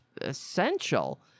essential